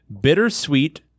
Bittersweet